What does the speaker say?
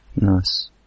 Nice